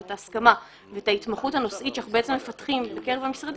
ואת הסכמה ואת ההתמחות הנושאית שאנחנו מפתחים בקרב המשרדים,